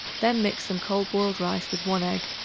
then mix some cold boiled rice with one egg,